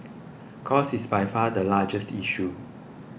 cost is by far the biggest issue